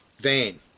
vain